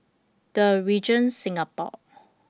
The Regent Singapore